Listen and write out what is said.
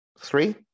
Three